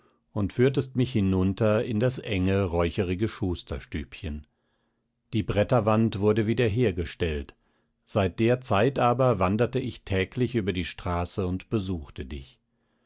und führtest mich hinunter in das enge räucherige schusterstübchen die bretterwand wurde wieder hergestellt seit der zeit aber wanderte ich täglich über die straße und besuchte dich